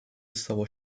savo